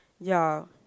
y'all